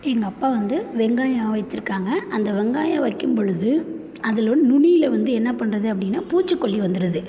எங்கள் அப்பா வந்து வெங்காயம் வச்சிருக்காங்க அந்த வெங்காயம் வைக்கும் பொழுது அதில் நுனியில வந்து என்ன பண்ணுறது அப்படின்னா பூச்சிக்கொல்லி வந்துடுது